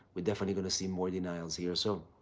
we're definitely going to see more denials here. so,